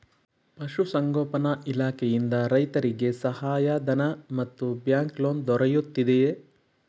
ಪಶು ಸಂಗೋಪನಾ ಇಲಾಖೆಯಿಂದ ರೈತರಿಗೆ ಸಹಾಯ ಧನ ಮತ್ತು ಬ್ಯಾಂಕ್ ಲೋನ್ ದೊರೆಯುತ್ತಿದೆಯೇ?